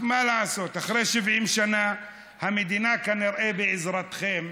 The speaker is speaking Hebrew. מה לעשות, אחרי 70 שנה המדינה, כנראה בעזרתכם,